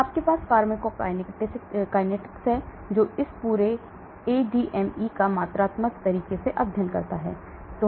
तो आपके पास फार्माकोकाइनेटिक्स है जो इस पूरे एडीएमई का मात्रात्मक तरीके से अध्ययन करता है